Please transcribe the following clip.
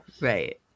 Right